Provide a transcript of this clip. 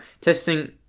testing